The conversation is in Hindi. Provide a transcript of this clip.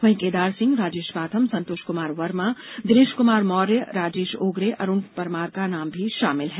वहीं केदारसिंह राजेश बाथम संतोष कुमार वर्मा दिनेश कुमार मौर्य राजेश ओगरे अरूण परमार का नाम भी शामिल है